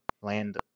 land